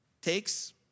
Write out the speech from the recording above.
takes